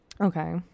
Okay